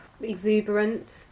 Exuberant